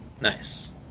Nice